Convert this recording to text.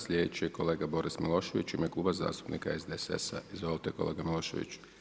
Sljedeći je kolega Boris Milošević u ime Kluba zastupnika SDSS-a, izvolite kolega Milošević.